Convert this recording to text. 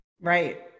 Right